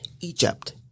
Egypt